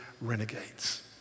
renegades